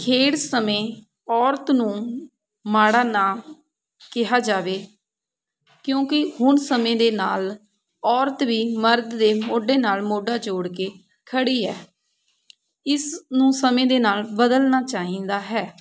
ਖੇਡ ਸਮੇਂ ਔਰਤ ਨੂੰ ਮਾੜਾ ਨਾ ਕਿਹਾ ਜਾਵੇ ਕਿਉਂਕਿ ਹੁਣ ਸਮੇਂ ਦੇ ਨਾਲ ਔਰਤ ਵੀ ਮਰਦ ਦੇ ਮੋਢੇ ਨਾਲ ਮੋਢਾ ਜੋੜ ਕੇ ਖੜ੍ਹੀ ਹੈ ਇਸ ਨੂੰ ਸਮੇਂ ਦੇ ਨਾਲ ਬਦਲਣਾ ਚਾਹੀਦਾ ਹੈ